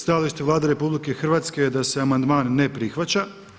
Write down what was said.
Stajalište Vlade RH je da se amandman ne prihvaća.